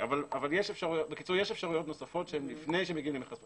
אבל יש אפשרויות נוספות שהן לפני שמגיעים למכרז פומבי.